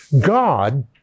God